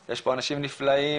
יש פה אנשים נפלאים,